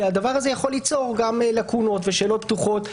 שהדבר הזה יכול ליצור גם לקונות ושאלות פתוחות,